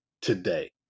today